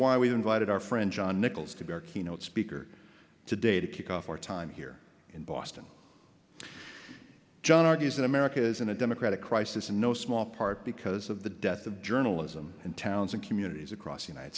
why we've invited our friend john nichols to be our keynote speaker today to kick off our time here in boston john argues that america is in a democratic crisis in no small part because of the death of journalism in towns and communities across the united